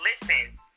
Listen